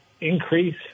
increase